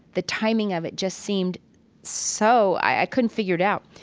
the timing of it just seemed so i couldn't figure it out.